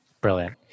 Brilliant